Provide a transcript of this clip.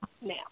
now